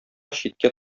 читкә